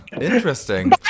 interesting